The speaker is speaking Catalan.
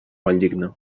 valldigna